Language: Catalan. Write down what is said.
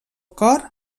cor